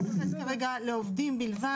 אני רוצה להזכיר שהחוק מתייחס כרגע על עובדים בלבד.